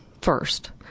first